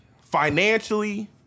financially